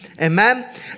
Amen